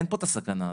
אין פה את הסכנה הזאת,